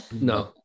No